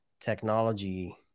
technology